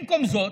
במקום זאת,